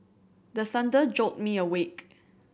the thunder jolt me awake